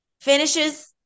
Finishes